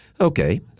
Okay